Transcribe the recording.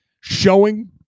showing